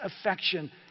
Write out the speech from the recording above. affection